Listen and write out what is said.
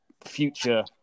future